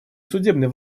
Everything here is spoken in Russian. судебной